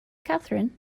catherine